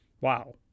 wow